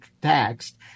taxed